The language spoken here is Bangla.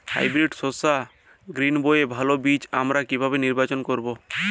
হাইব্রিড শসা গ্রীনবইয়ের ভালো বীজ আমরা কিভাবে নির্বাচন করব?